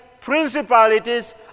principalities